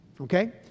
okay